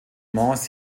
mans